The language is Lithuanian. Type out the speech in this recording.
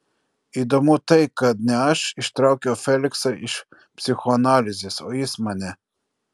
įdomu tai kad ne aš ištraukiau feliksą iš psichoanalizės o jis mane